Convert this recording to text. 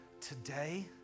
today